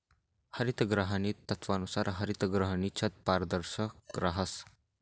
हरितगृहाना तत्वानुसार हरितगृहनी छत पारदर्शक रहास